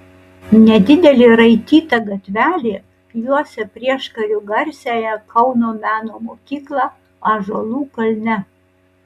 nedidelė raityta gatvelė juosia prieškariu garsiąją kauno meno mokyklą ąžuolų kalne